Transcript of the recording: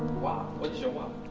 why, what's your why?